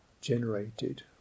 generated